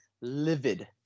livid